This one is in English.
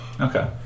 Okay